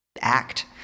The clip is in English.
act